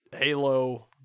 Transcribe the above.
Halo